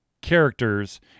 characters